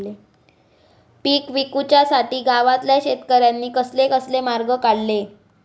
पीक विकुच्यासाठी गावातल्या शेतकऱ्यांनी कसले कसले मार्ग काढले?